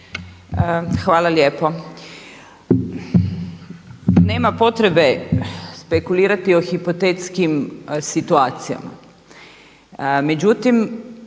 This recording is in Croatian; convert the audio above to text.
Hvala lijepo. Nema potrebe spekulirati o hipotetskim situacijama.